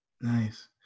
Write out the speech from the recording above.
Nice